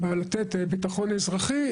בא לתת ביטחון אזרחי,